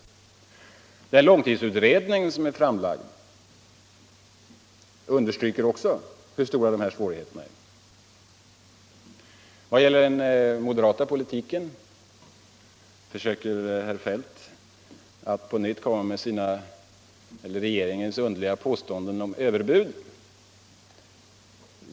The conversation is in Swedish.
Resultatet av den långtidsutredning som är framlagd understryker också hur stora dessa svårigheter är. Vad gäller den moderata politiken försöker herr Feldt att på nytt komma med regeringens underliga påståenden om överbud.